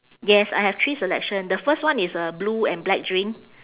yes I have three selection the first one is a blue and black drink